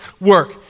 work